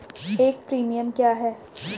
एक प्रीमियम क्या है?